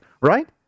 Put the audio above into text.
right